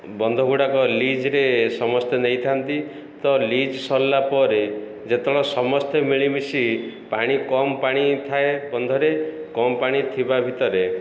ବନ୍ଧ ଗୁଡ଼ାକ ଲିଜ୍ରେ ସମସ୍ତେ ନେଇଥାନ୍ତି ତ ଲିଜ୍ ସରିଲା ପରେ ଯେତେବେଳେ ସମସ୍ତେ ମିଳିମିଶି ପାଣି କମ୍ ପାଣି ଥାଏ ବନ୍ଧରେ କମ୍ ପାଣି ଥିବା ଭିତରେ